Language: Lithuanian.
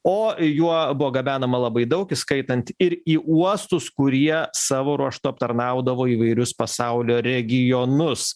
o juo buvo gabenama labai daug įskaitant ir į uostus kurie savo ruožtu aptarnaudavo įvairius pasaulio regionus